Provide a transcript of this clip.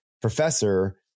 Professor